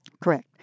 Correct